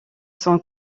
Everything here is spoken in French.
son